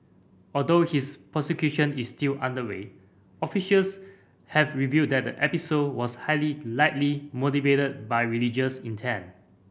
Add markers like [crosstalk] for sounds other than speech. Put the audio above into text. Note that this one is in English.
although his prosecution is still underway officials have revealed that the episode was highly [unintelligible] likely motivated by religious intent